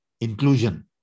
inclusion